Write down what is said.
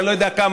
אני לא יודע כמה,